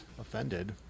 offended